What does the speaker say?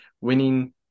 winning